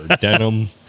denim